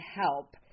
help